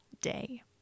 day